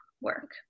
work